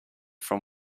from